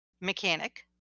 mechanic